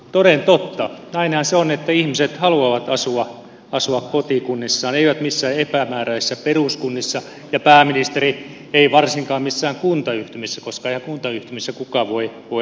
toden totta näinhän se on että ihmiset haluavat asua kotikunnissaan eivät missään epämääräisissä peruskunnissa ja pääministeri eivät varsinkaan missään kuntayhtymissä koska eihän kuntayhtymissä kukaan voi asua